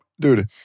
dude